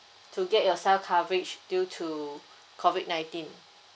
to get yourself coverage due to COVID nineteen